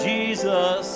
Jesus